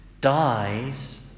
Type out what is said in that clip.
dies